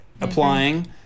applying